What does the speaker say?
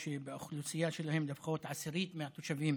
שבאוכלוסייה שלהם לפחות עשירית מהתושבים